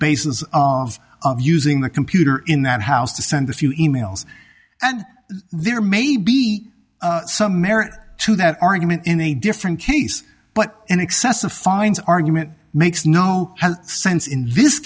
basis of using the computer in that house to send a few emails and there may be some merit to that argument in a different case but an excessive fines argument makes no sense in this